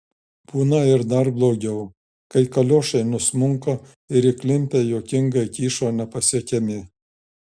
būna ir dar blogiau kai kaliošai nusmunka ir įklimpę juokingai kyšo nepasiekiami